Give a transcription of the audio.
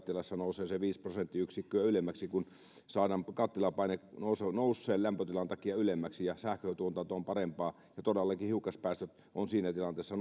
sähköntuotanto chp kattilassa nousee sen viisi prosenttiyksikköä ylemmäksi kun saadaan kattilapaine nousseen lämpötilan takia ylemmäksi ja sähköntuotanto on parempaa ja todellakin hiukkaspäästöt ovat siinä tilanteessa